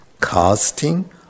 Casting